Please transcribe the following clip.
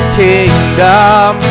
kingdom